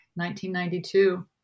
1992